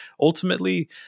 ultimately